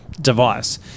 device